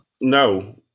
No